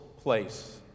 place